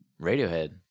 Radiohead